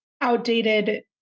outdated